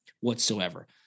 whatsoever